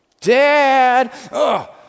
Dad